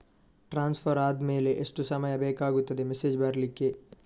Transfer ಆದ್ಮೇಲೆ ಎಷ್ಟು ಸಮಯ ಬೇಕಾಗುತ್ತದೆ ಮೆಸೇಜ್ ಬರ್ಲಿಕ್ಕೆ?